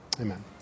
Amen